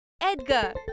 Edgar